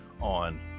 on